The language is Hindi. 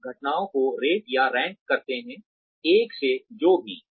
आप घटनाओं को रेट या रैंक करते हैं 1 से जो भी